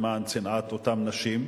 למען צנעת אותן נשים,